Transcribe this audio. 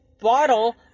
bottle